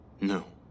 No